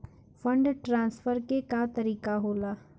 Fund transfer के का तरीका होला?